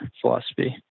philosophy